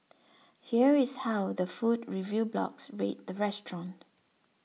here is how the food review blogs rate the restaurant